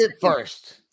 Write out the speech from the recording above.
first